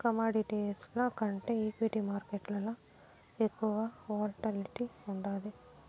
కమోడిటీస్ల కంటే ఈక్విటీ మార్కేట్లల ఎక్కువ వోల్టాలిటీ ఉండాది